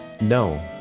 no